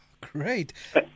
Great